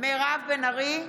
בן ברק,